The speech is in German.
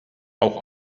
auch